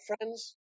friends